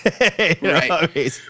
Right